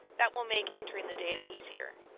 that will make entering the data easier.